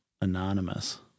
anonymous